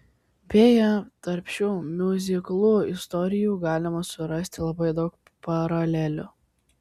beje tarp šių miuziklų istorijų galima surasti labai daug paralelių